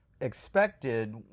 expected